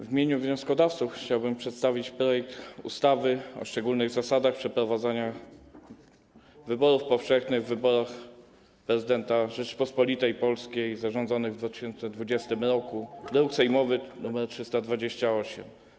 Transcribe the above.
W imieniu wnioskodawców chciałbym przedstawić projekt ustawy o szczególnych zasadach przeprowadzania wyborów powszechnych na Prezydenta Rzeczypospolitej Polskiej zarządzonych w 2020 r., druk sejmowy nr 328.